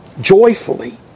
joyfully